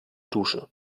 dusche